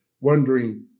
wondering